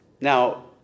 Now